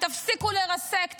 תפסיקו לרסק.